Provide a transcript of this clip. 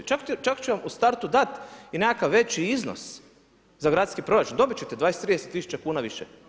Čak će vam u startu dati i nekakav veći iznos za gradski proračun, dobit ćete 20, 30 tisuća više.